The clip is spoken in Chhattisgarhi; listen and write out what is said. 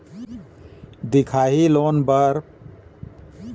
दिखाही लोन पाए बर मोला का का दस्तावेज जमा करना पड़ही?